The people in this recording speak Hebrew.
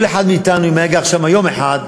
כל אחד מאתנו, אם היה גר שם יום אחד,